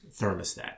thermostat